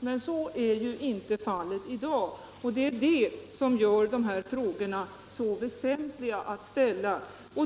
Men det är ju inte fallet i dag, vilket gör dessa frågor så väsentliga att ställa.